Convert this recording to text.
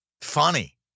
funny